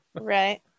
Right